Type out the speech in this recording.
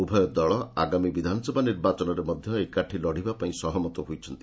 ଉଭୟ ଦଳ ଆଗାମୀ ବିଧାନସଭା ନିର୍ବାଚନରେ ମଧ୍ୟ ଏକାଠି ଲଢ଼ିବା ପାଇଁ ସହମତ ହୋଇଛନ୍ତି